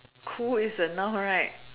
cool is a noun right